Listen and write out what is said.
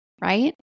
right